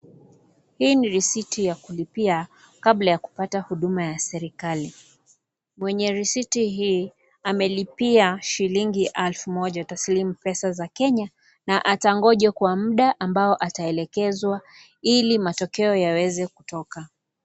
Hii ni receipt ya kulipia kabla kupata huduma ya serikali mwenye receipt hii amelipia shilingi alafu moja pesa taslimu za Kenya na atangoja kwa muda ambao ataelekezwa hili matokeo yaweze kutoka.